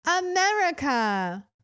America